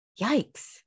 yikes